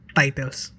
titles